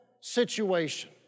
situation